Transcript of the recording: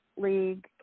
league